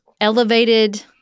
elevated